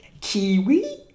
Kiwi